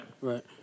Right